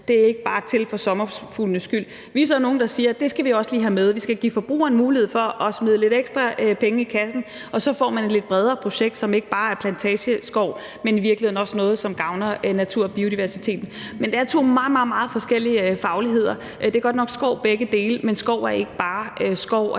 det er ikke bare til for sommerfuglenes skyld. Vi er så nogle, der siger, at det skal vi også lige have med. Vi skal give forbrugeren mulighed for at smide lidt ekstra penge i kassen, og så får man et lidt bredere projekt, som ikke bare er plantageskov, men i virkeligheden også noget, som gavner naturen og biodiversiteten. Men der er tale om to meget, meget forskellige fagligheder. Det er godt nok skov begge dele, men skov er ikke bare skov,